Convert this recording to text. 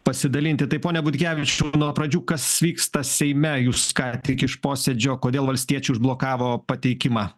pasidalinti tai pone butkevičiau nuo pradžių kas vyksta seime jūs ką tik iš posėdžio kodėl valstiečiai užblokavo pateikimą